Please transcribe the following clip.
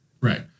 Right